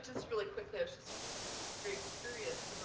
just really quickly, i was just very curious